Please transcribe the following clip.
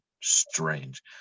strange